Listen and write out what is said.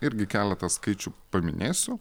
irgi keletą skaičių paminėsiu